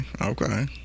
Okay